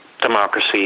democracy